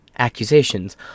accusations